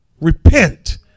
Repent